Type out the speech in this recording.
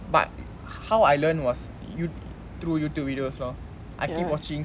but how I learned was you~ through youtube videos lah I keep watching